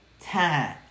time